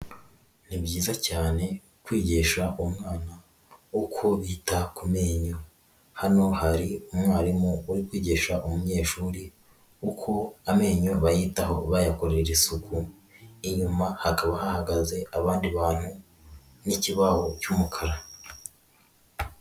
Ni byiza cyane kwigisha umwana uko bita ku menyo, hano hari umwarimu uri kwigisha umunyeshuri uko amenyo bayitaho bayakorera isuku, inyuma hakaba hahagaze abandi bantu n'ikibaho cy'umukara.